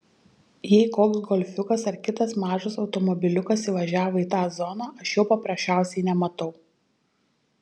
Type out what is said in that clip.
jei koks golfiukas ar kitas mažas automobiliukas įvažiavo į tą zoną aš jo paprasčiausiai nematau